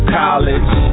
college